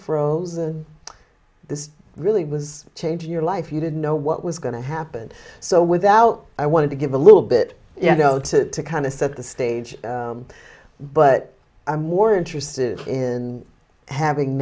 froze and this really was changing your life you didn't know what was going to happen so without i wanted to give a little bit you know to kind of set the stage but i'm more interested in having